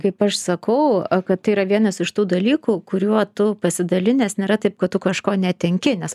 kaip aš sakau kad tai yra vienas iš tų dalykų kuriuo tu pasidalinęs nėra taip kad tu kažko netenki nes